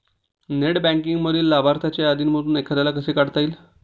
Net बँकिंगमधील लाभार्थ्यांच्या यादीतून एखाद्याला कसे काढता येईल?